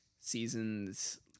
seasons